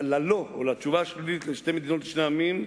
לתשובה השלילית ל"שתי מדינות לשני עמים",